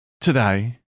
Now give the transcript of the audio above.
today